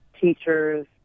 Teachers